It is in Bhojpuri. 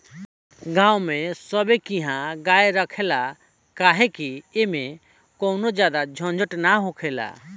गांव में सभे किहा गाय रखाला काहे कि ऐमें कवनो ज्यादे झंझट ना हखेला